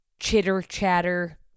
chitter-chatter